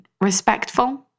respectful